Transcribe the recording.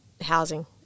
housing